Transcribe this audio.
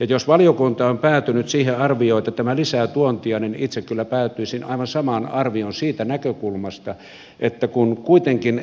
ja jos valiokunta on päätynyt siihen arvioon että tämä lisää tuontia niin itse kyllä päätyisin aivan samaan arvioon siitä näkökulmasta että kun